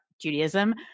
Judaism